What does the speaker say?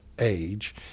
age